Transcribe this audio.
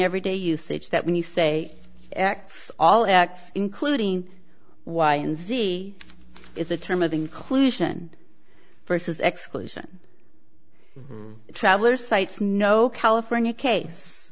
everyday usage that when you say acts all acts including y and z is a term of inclusion versus exclusion travelers cites no california case